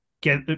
get